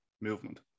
movement